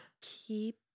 Keep